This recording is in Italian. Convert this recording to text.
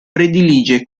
predilige